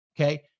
Okay